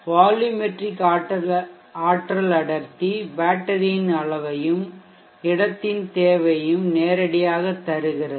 volumetric ஆற்றல் அடர்த்தி பேட்டரியின் அளவையும் இடத்தின் தேவையையும் நேரடியாகத் தருகிறது